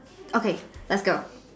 okay let's go